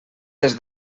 des